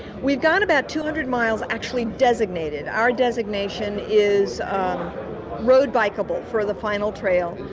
we've got about two hundred miles actually designated. our designation is road bike-able for the final trail,